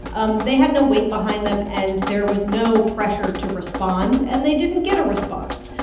um they had no weight behind them, and there was no pressure to respond, and they didn't get a response.